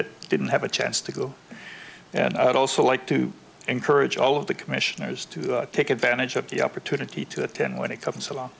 that didn't have a chance to go and i'd also like to encourage all of the commissioners to take advantage of the opportunity to attend when it comes along